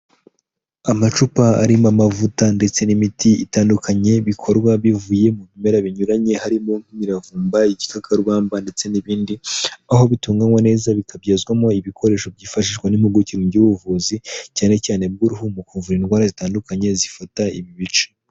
Amacupa arimo amavuta ndetse n'imiti itandukanye bikorwa bivuye mu bimera binyuranye, harimo imiravumba, ikakabamba ndetse n'ibindi aho bitunganywa neza bikabyazwamo ibikoresho byifashishwa n'impuguke mu by'ubuvuzi cyane cyane bw'uruhu mu kuvura indwara zitandukanye zifata ibi bice.